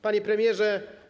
Panie Premierze!